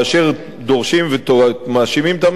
שדורשים ומאשימים את הממשלה,